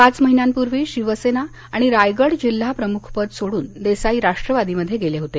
पाच महिन्यापूर्वी शिवसेना आणि रायगड जिल्हा प्रमुखपद सोडून देसाई राष्ट्रवादीमध्ये गेले होते